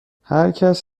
هرکس